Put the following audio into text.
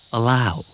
Allow